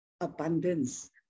abundance